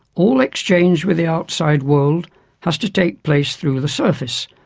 all exchange with the outside world has to take place through the surface,